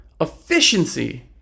efficiency